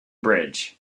bridge